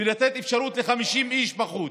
ולתת אפשרות ל-50 איש בחוץ.